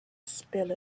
spill